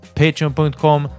patreon.com